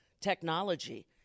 technology